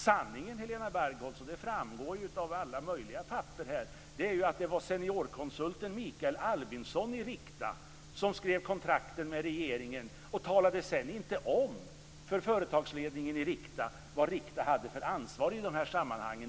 Sanningen, Helena Bargholtz, som framgår av alla möjliga papper, är att det var seniorkonsulten Mikael Albinsson i Rikta som skrev kontrakten med regeringen och sedan inte talade om för företagsledningen i Rikta vad Rikta hade för ansvar i de här sammanhangen.